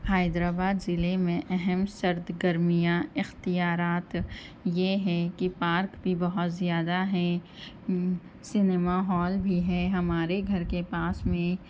حیدرآباد ضلعے میں اہم سرد گرمیاں اختیارات یہ ہے کہ پارک بھی بہت زیادہ ہیں سنیما ہال بھی ہے ہمارے گھر کے پاس میں